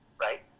right